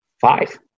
five